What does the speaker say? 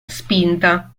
spinta